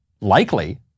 likely